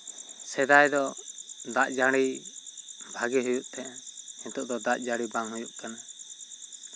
ᱥᱮᱫᱟᱭ ᱫᱚ ᱫᱟᱜ ᱡᱟᱲᱤ ᱵᱷᱟᱹᱜᱤ ᱦᱩᱭᱩᱜ ᱛᱟᱦᱮᱸᱫᱼᱟ ᱱᱤᱛᱳᱜ ᱫᱚ ᱫᱟᱜ ᱡᱟᱲᱤ ᱵᱟᱝ ᱦᱩᱭᱩᱜ ᱠᱟᱱᱟ